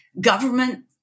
government